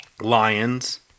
lions